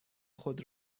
خود